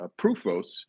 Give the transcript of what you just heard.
proofos